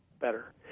better